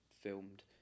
filmed